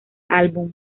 álbum